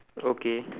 okay